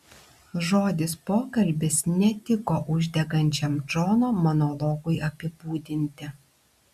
žodis pokalbis netiko uždegančiam džono monologui apibūdinti